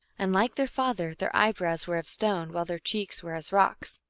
and, like their father, their eyebrows were of stone, while their cheeks were as rocks.